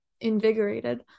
invigorated